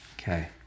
okay